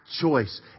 choice